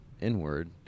inward